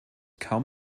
kaum